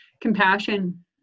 compassion